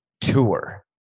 tour